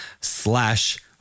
slash